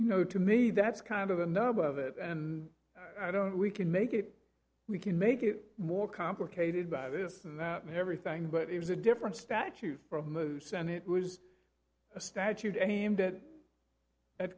you know to me that's kind of the nub of it and i don't we can make it we can make it more complicated by this that everything but it was a different statute from the senate was a statute aimed at